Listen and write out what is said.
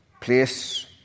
place